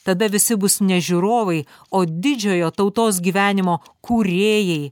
tada visi bus ne žiūrovai o didžiojo tautos gyvenimo kūrėjai